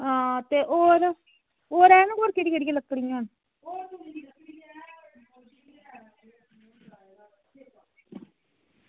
आं होर हैन होर केह्ड़ी केह्ड़ी लकड़ियां न